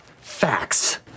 facts